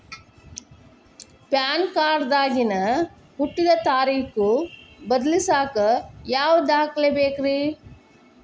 PAN card ದಾಗಿನ ಹುಟ್ಟಿದ ತಾರೇಖು ಬದಲಿಸಾಕ್ ಯಾವ ದಾಖಲೆ ಬೇಕ್ರಿ?